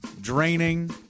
draining